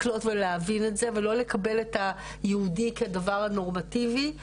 לקלוט ולהבין את זה ולא לקבל את היהודי כדבר הנורמטיבי.